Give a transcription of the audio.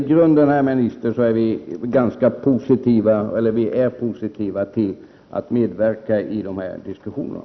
I grunden, herr minister, är vi moderater positiva till att medverka i diskussionerna.